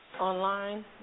online